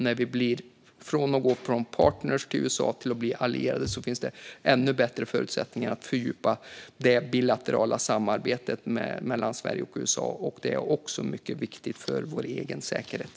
När vi går från att vara partner till USA till att bli allierade finns det ännu bättre förutsättningar att fördjupa det bilaterala samarbetet mellan Sverige och USA. Det är också mycket viktigt för vår egen säkerhet.